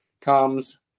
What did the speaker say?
comes